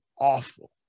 awful